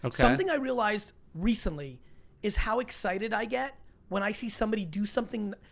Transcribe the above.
um something i realized recently is how excited i get when i see somebody do something.